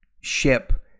ship